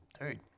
dude